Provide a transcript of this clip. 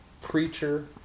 preacher